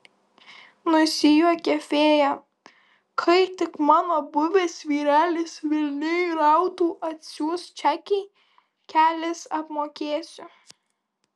nusijuokė fėja kai tik mano buvęs vyrelis velniai rautų atsiųs čekį kelis apmokėsiu